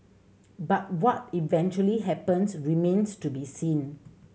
but what eventually happens remains to be seen